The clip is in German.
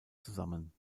zusammen